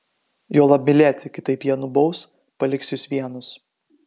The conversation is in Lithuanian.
juolab mylėti kitaip jie nubaus paliks jus vienus